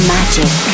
Magic